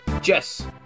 Jess